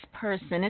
person